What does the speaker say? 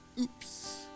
Oops